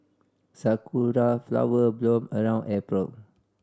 sakura flower bloom around April